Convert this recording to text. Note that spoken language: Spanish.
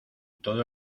todo